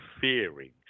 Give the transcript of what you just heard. fearing